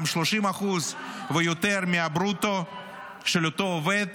גם 30% ויותר מהברוטו של אותו עובד,